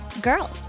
girls